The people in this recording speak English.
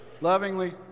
lovingly